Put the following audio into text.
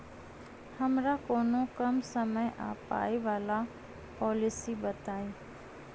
हमरा कोनो कम समय आ पाई वला पोलिसी बताई?